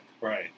Right